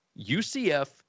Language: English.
UCF